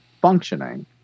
functioning